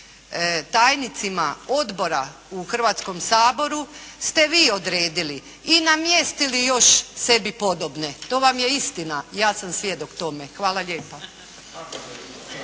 tajnicima odbora u Hrvatskom saboru ste vi odredili i namjestili još sebi podobne. To vam je istina, ja sam svjedok tome. Hvala lijepa.